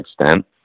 extent